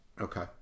Okay